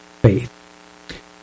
faith